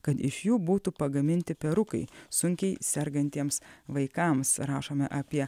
kad iš jų būtų pagaminti perukai sunkiai sergantiems vaikams rašome apie